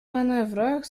manewrach